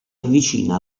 avvicina